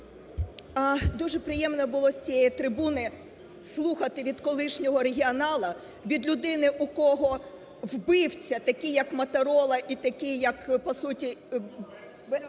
Дуже приємно було з цієї трибуни слухати від колишнього регіонала, від людини, у кого вбивці такий як "Моторола" і такий як, по суті…